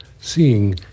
seeing